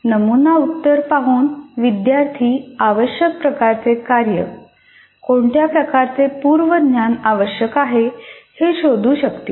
नमुना उत्तर पाहून विद्यार्थी आवश्यक प्रकारचे कार्य कोणत्या प्रकारचे पूर्व ज्ञान आवश्यक आहे हे शोधू शकतील